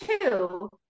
two